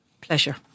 Pleasure